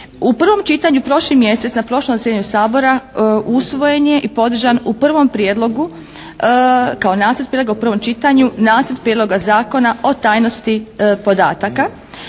U prvom čitanju prošli mjesec na prošlom zasjedanju Sabora usvojen je i podržan u prvom prijedlogu kao nacrt prijedloga u prvom čitanju nacrt Prijedloga Zakona o tajnosti podataka